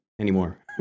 anymore